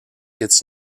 its